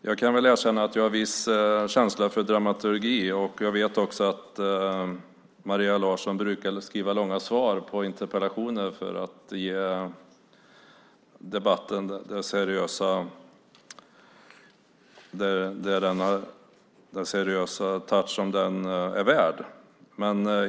Jag erkänner att jag har viss känsla för dramatik, och jag vet att Maria Larsson brukar skriva långa svar på interpellationer för att ge debatten den seriösa touch som den är värd.